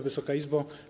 Wysoka Izbo!